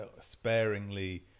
sparingly